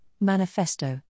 manifesto